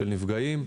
של נפגעים.